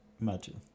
Imagine